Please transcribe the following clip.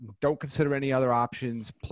don't-consider-any-other-options